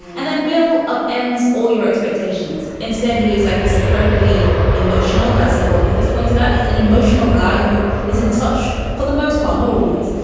and then bill upends all your expectations. instead he is like this incredibly emotional, as nicole khalifa's pointed out, an emotional guy who is in touch for the most part, not always,